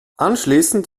anschließend